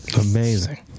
amazing